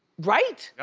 right?